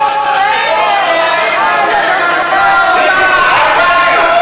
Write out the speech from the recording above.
לא ראיתי שעשיתם משהו לטובת העניים.